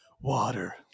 Water